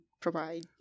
provide